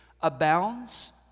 abounds